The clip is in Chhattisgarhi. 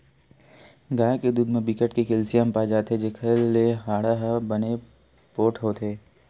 गाय के दूद म बिकट के केल्सियम पाए जाथे जेखर ले हाड़ा ह बने पोठ होथे